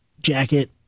jacket